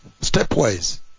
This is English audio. Stepwise